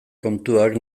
kontuak